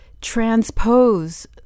transpose